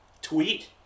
tweet